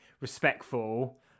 respectful